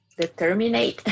determine